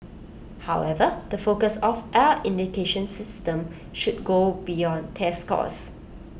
however the focus of our education system should go beyond test scores